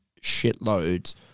shitloads